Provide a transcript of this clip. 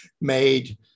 made